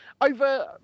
over